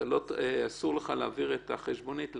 ""הכרת הלקוח" הליך הכרת הלקוח לפי תקנה